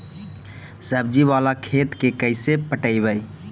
सब्जी बाला खेत के कैसे पटइबै?